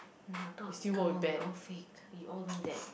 no I thought come on we all fake we all know that